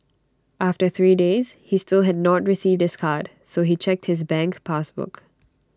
after three days he still had not received his card so he checked his bank pass book